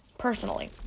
personally